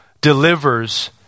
delivers